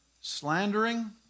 Slandering